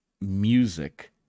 music